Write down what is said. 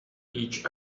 each